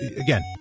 again